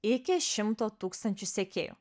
iki šimto tūkstančių sekėjų